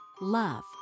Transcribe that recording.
love